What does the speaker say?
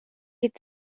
its